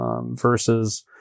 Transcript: versus